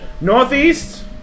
Northeast